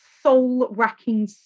soul-wracking